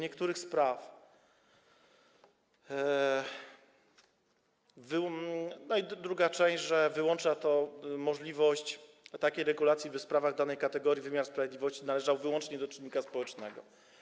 I druga część, że wyłącza to możliwość takiej regulacji, by w sprawach danej kategorii wymiar sprawiedliwości należał wyłącznie do czynnika społecznego.